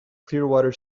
clearwater